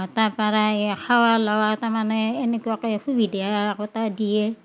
তাৰপাৰাই খাৱা লোৱা তাৰমানে এনেকুৱাকে সুবিধা একোটা দিয়ে